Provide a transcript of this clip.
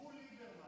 בול ליברמן, בול.